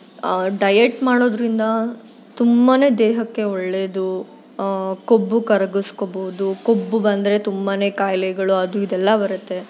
diet ಮಾಡೋದರಿಂದ ತುಂಬ ದೇಹಕ್ಕೆ ಒಳ್ಳೆಯದು ಕೊಬ್ಬು ಕರ್ಗಿಸ್ಕೋಬೋದು ಕೊಬ್ಬು ಬಂದರೆ ತುಂಬ ಖಾಯಿಲೆಗಳು ಅದೂ ಇದೆಲ್ಲ ಬರುತ್ತೆ